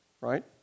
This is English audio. Right